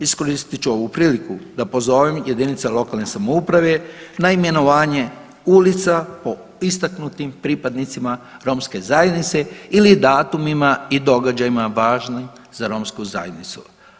Iskoristit ću ovu priliku da pozovem jedinice lokalne samouprave na imenovanje ulica po istaknutim pripadnicima romske zajednice ili datumima i događajima važnim za romsku zajednicu.